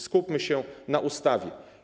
Skupmy się na ustawie.